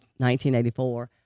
1984